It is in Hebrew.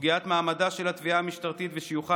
סוגיית מעמדה של התביעה המשטרית ושיוכה